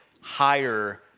higher